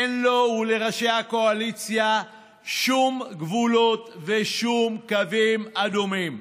אין לו ולראשי הקואליציה שום גבולות ושום קווים אדומים.